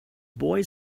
boy